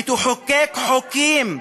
ותחוקק חוקים,